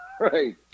right